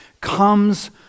comes